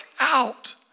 out